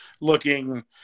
looking